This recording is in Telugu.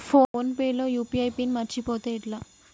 ఫోన్ పే లో యూ.పీ.ఐ పిన్ మరచిపోతే ఎట్లా?